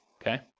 okay